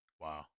Wow